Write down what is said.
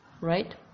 right